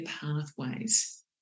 pathways